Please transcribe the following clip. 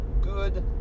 good